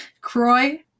Croy